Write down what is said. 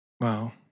Wow